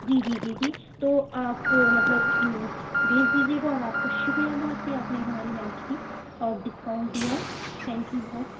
جی جی جی جی تو آپ کو مطلب بھیج دیجیے گا اور آپ کا شُکریہ بہت کہ آپ نے ہماری ہیلپ کی اور ڈسکاؤنٹ دیا تھینک یو بہت